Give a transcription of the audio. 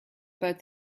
about